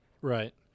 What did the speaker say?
Right